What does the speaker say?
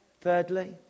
thirdly